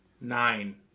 Nine